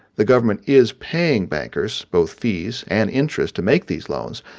the government is paying bankers' both fees and interest to make these loans.